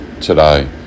today